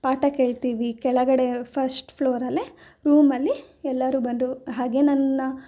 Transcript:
ಪಾಠ ಕೇಳ್ತೀವಿ ಕೆಳಗಡೆ ಫಶ್ಟ್ ಫ್ಲೋರಲೇ ರೂಮಲಿ ಎಲ್ಲರೂ ಬಂದು ಹಾಗೆಯೇ ನನ್ನ